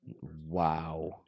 Wow